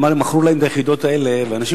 אני רק מבקש להבהיר, אדוני,